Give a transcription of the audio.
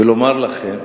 ולומר לכם,